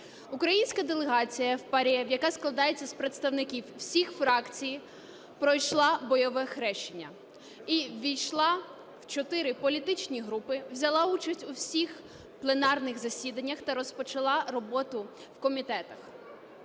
Українська делегація в ПАРЄ, яка складається з представників усіх фракцій, пройшла бойове хрещення і ввійшла в чотири політичні групи, взяла участь в усіх пленарних засіданнях та розпочала роботу в комітетах.